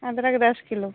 अदरक दस किलो